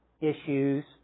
issues